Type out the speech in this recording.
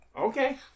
Okay